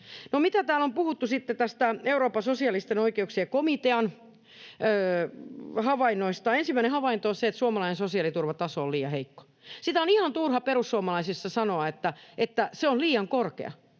mitä täällä on sitten puhuttu näistä Euroopan sosiaalisten oikeuksien komitean havainnoista. Ensimmäinen havainto on se, että suomalainen sosiaaliturvataso on liian heikko. Sitä on ihan turha perussuomalaisissa sanoa, että se on liian korkea.